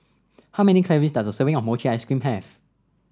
how many calories does a serving of Mochi Ice Cream have